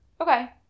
Okay